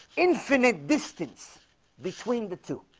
infinite distance between the two